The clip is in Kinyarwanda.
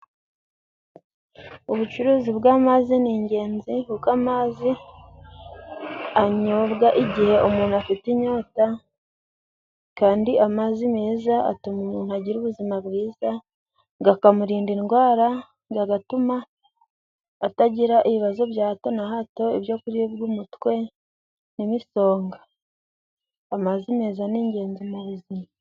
Ubucuruzi bw'amazi ni ingenzi kuko amazi anyobwa igihe umuntu afite inyota, kandi amazi meza atuma umuntu agira ubuzima bwiza, gakamurinda indwara gatuma atagira ibibazo bya hato na hato ibyo kuribwa umutwe n'imisonga. Amazi meza ni ingenzi mu buzima.